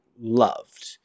loved